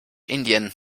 indien